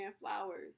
flowers